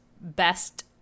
best